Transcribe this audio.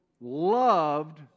loved